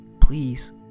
please